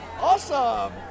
Awesome